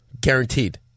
Guaranteed